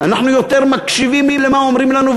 אנחנו יותר מקשיבים למה שאומרים לנו,